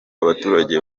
abaturage